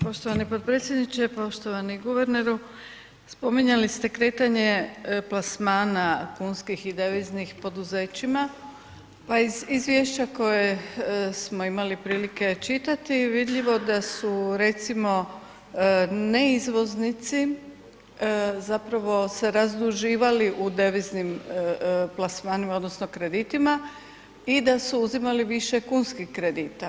Poštovani potpredsjedniče, poštovani guverneru, spominjali ste kretanje plasmana kunskih i deviznih poduzećima pa iz izvješća koje smo imali prilike čitati vidljivo da su recimo ne izvoznici zapravo se razduživali u deviznim plasmanima odnosno kreditima i da su uzimali više kunskih kredita.